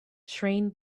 train